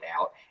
out